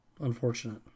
Unfortunate